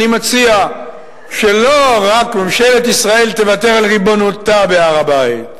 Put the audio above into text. אני מציע שלא רק ממשלת ישראל תוותר על ריבונותה בהר-הבית,